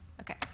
Okay